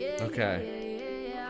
Okay